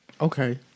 Okay